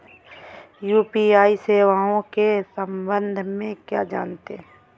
UPI सेवाओं के संबंध में क्या जानते हैं?